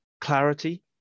clarity